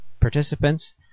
participants